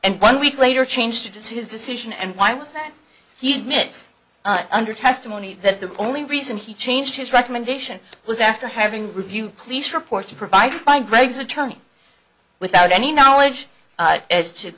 and one week later changed his decision and why was that he admits under testimony that the only reason he changed his recommendation was after having reviewed police reports provided by greg's attorney without any knowledge as to